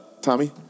Tommy